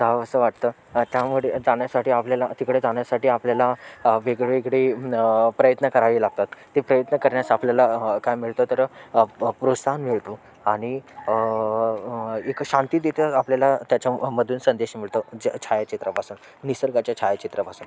जावंसं वाटतं त्यामुळे जाण्यासाठी आपल्याला तिकडे जाण्यासाटी आपल्याला वेगवेगळे प्रयत्न करावे लागतात ते प्रयत्न करण्यास आपल्याला काय मिळतं तर प्रोत्साहन मिळतो आणि एक शांती तिथं आपल्याला त्याच्या मधून संदेश मिळतो छा छायाचित्रापासून निसर्गाच्या छायाचित्रापासून